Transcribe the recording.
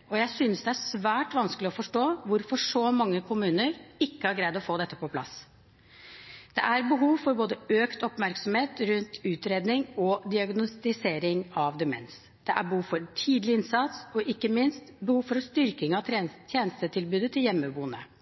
og samarbeidsformer, og jeg synes det er svært vanskelig å forstå hvorfor så mange kommuner ikke har greid å få dette på plass. Det er behov for økt oppmerksomhet rundt både utredning og diagnostisering av demens. Det er behov for tidlig innsats og ikke minst behov for styrking av tjenestetilbudet til hjemmeboende med demens.